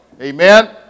Amen